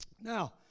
Now